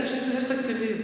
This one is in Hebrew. יש תקציבים.